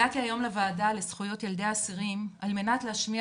הגעתי היום לוועדה לזכויות ילדי האסירים על מנת להשמיע